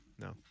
No